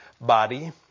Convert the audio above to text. body